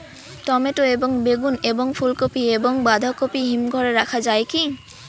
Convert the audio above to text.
Tomato এবং বেগুন এবং ফুলকপি এবং বাঁধাকপি হিমঘরে রাখা যায় কি?